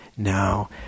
Now